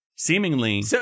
Seemingly